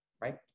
right